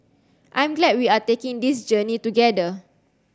I'm glad we are taking this journey together